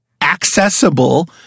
accessible